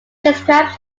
describes